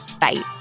Bye